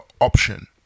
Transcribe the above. option